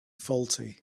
faulty